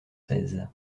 seize